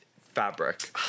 fabric